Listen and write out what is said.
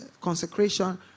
Consecration